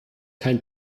kein